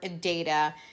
data